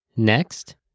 Next